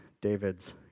David's